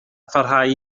pharhau